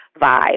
vibe